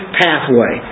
pathway